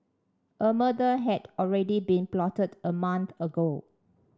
a murder had already been plotted a month ago